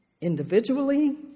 individually